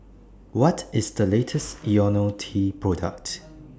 What IS The latest Ionil T Product